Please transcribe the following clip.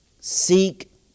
Seek